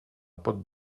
porte